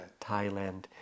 Thailand